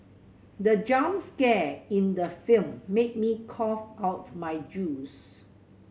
the jump scare in the film made me cough out my juice